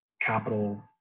capital